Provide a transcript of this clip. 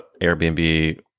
airbnb